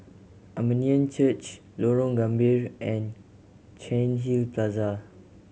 Armenian Church Lorong Gambir and Cairnhill Plaza